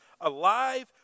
alive